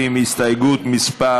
הסתייגות מס'